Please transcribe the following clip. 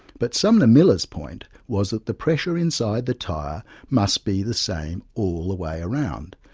but sumner miller's point was that the pressure inside the tyre must be the same all the way around,